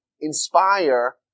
inspire